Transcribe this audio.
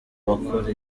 bakora